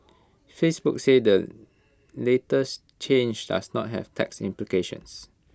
Facebook said the latest change does not have tax implications